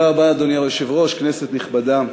אדוני היושב-ראש, כנסת נכבדה,